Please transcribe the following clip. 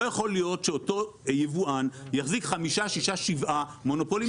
לא יכול להיות שאותו יבואן יחזיק חמישה-שישה-שבעה מונופולים בכיס שלו.